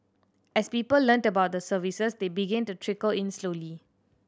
as people learnt about the services they began to trickle in slowly